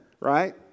right